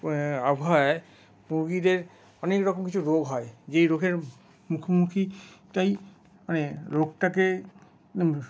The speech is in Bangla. আবহাওয়ায় মুরগিদের অনেক রকম কিছু রোগ হয় যে রোগের মুখোমুখি তাই মানে রোগটাকে